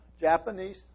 Japanese